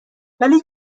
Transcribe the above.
ولی